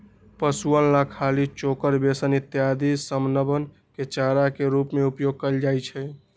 पशुअन ला खली, चोकर, बेसन इत्यादि समनवन के चारा के रूप में उपयोग कइल जाहई